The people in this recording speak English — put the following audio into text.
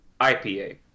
IPA